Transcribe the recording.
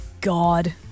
God